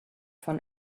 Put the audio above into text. von